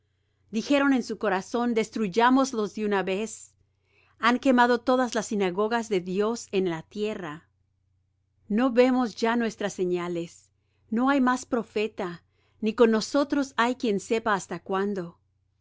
dijeron en su corazón destruyámoslos de una vez han quemado todas las sinagogas de dios en el tierra no vemos ya nuestras señales no hay más profeta ni con nosotros hay quien sepa hasta cuándo